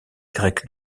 grecque